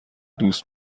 دوست